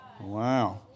Wow